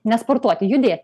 ne sportuoti judėt